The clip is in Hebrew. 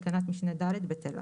תקנת משנה (ד) בטלה.